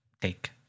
Take